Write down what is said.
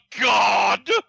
god